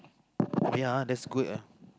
ya that's good eh